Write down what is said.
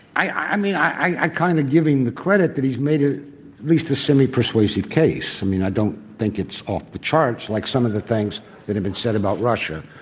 i i mean, i kind of give him the credit that he's made at least a semi-persuasive case. i mean, i don't think it's off the charts like some of the things that have been said about russia.